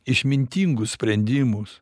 išmintingus sprendimus